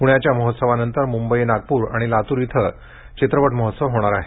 प्ण्याच्या महोत्सवानंतर मुंबई नागपूर आणि लातूरला चित्रपट महोत्सव होणार आहे